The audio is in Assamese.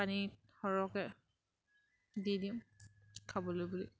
পানীত সৰহকে দি দিম খাবলৈ বুলি